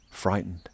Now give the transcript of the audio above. frightened